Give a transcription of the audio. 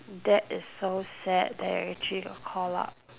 that is so sad that you actually got call out